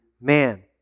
man